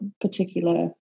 particular